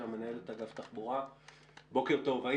מנהלת אגף תחבורה במינהל התכנון,